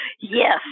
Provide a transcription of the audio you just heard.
Yes